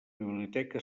biblioteca